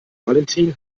valentin